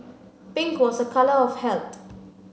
pink was a colour of health